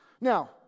Now